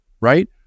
right